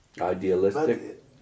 Idealistic